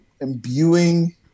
imbuing